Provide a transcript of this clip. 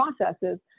processes